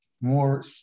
more